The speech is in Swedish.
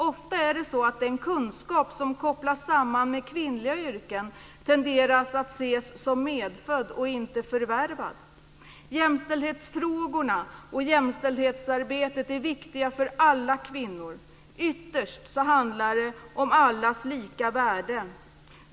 Ofta tenderar den kunskap som kopplas samman med kvinnliga yrken att ses som medfödd och inte förvärvad. Jämställdhetsfrågorna och jämställdhetsarbetet är viktigt för alla kvinnor. Ytterst handlar det om allas lika värde.